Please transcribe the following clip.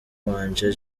wanje